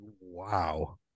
Wow